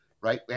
right